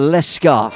Lesca